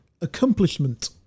accomplishment